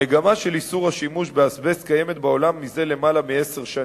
המגמה של איסור השימוש באזבסט קיימת בעולם זה יותר מעשר שנים,